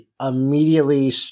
immediately